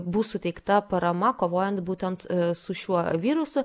bus suteikta parama kovojant būtent su šiuo virusu